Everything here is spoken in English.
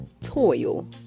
toil